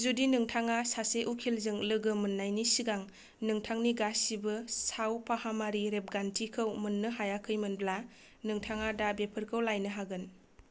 जुदि नोंथाङा सासे उखिलजों लोगो मोननायनि सिगां नोंथांनि गासैबो साव फाहामारि रेबगान्थिखौ मोननो हायाखैमोनब्ला नोंथाङा दा बेफोरखौ लायनो हागोन